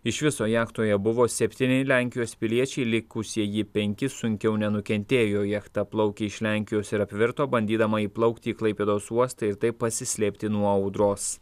iš viso jachtoje buvo septyni lenkijos piliečiai likusieji penki sunkiau nenukentėjo jachta plaukė iš lenkijos ir apvirto bandydama įplaukti į klaipėdos uostą ir taip pasislėpti nuo audros